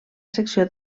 secció